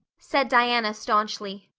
said diana stanchly,